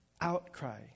outcry